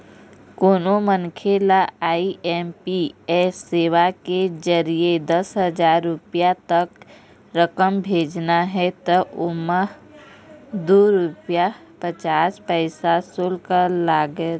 कोनो मनखे ल आई.एम.पी.एस सेवा के जरिए दस हजार रूपिया तक रकम भेजना हे त ओमा दू रूपिया पचास पइसा सुल्क लागथे